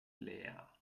leer